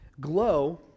Glow